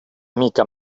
mica